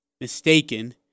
mistaken